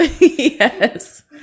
Yes